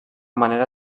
manera